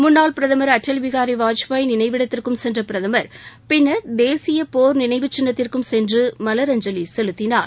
முன்னாள் பிரதமர் அடல் பிகாரி வாஜ்பாய் நினைவிடத்திற்கும் சென்ற பிரதமர் பின்னர் தேசிய போர் நினைவு சின்னத்திற்கும் சென்று மலரஞ்சலி செலுத்தினார்